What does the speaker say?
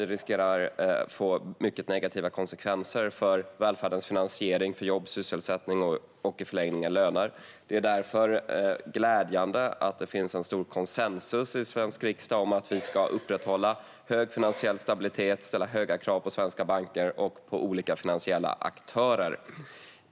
Det riskerar att få negativa konsekvenser för välfärdens finansiering, för jobb och sysselsättning och i förlängningen för löner. Det är därför glädjande att det finns stor konsensus i svensk riksdag om att vi ska upprätthålla en god finansiell stabilitet och ställa höga krav på svenska banker och på olika finansiella aktörer.